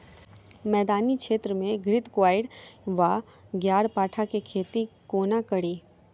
मैदानी क्षेत्र मे घृतक्वाइर वा ग्यारपाठा केँ खेती कोना कड़ी?